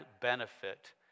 benefit